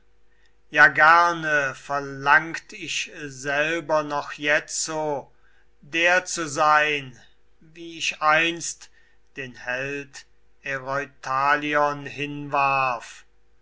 ja gerne verlangt ich selber noch jetzo der zu sein wie ich einst den held ereuthalion hinwarf